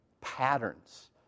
patterns